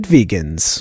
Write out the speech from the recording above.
Vegans